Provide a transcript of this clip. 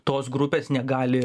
tos grupės negali